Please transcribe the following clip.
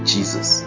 Jesus